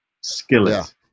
skillet